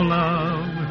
love